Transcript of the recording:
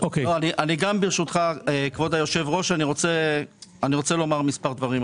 כבוד היושב ראש,